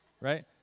Right